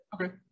Okay